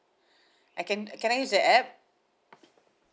I can can I use the A_P_P